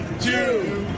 two